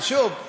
אבל שוב,